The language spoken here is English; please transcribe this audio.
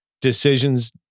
decisions